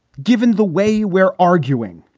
given the way we're arguing,